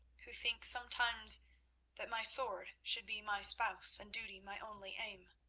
who think sometimes that my sword should be my spouse and duty my only aim.